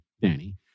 Danny